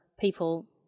people